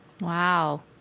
Wow